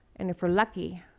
and if we're lucky,